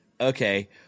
okay